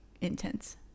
intense